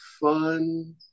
fun